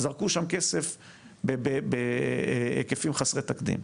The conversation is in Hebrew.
זרקו שם כסף בהיקפים חסרי תקדים.